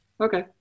Okay